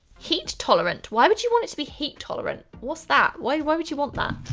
heat tolerant. why would you want it to be heat tolerant? what's that? why, why would you want that?